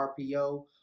RPO